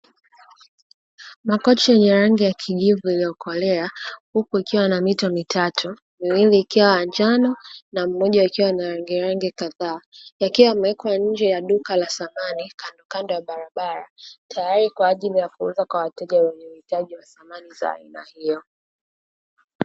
Makochi yenye rangi ya kijivu iliyokolea huku ikiwa na mito mitatu, miwili ikiwa ya njano na moja ikiwa na rangirangi kadhaa. Yakiwa yamewekwa nje ya duka la samani kandokando ya barabara, tayari kwa ajili ya kuuza kwa wateja wenye uhitaji wa samani za aina hiyo.